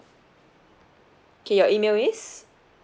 K your email is